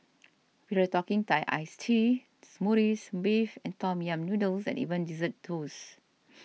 we're talking Thai Iced Teas Smoothies Beef and Tom Yam Noodles and even Dessert Toasts